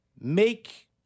make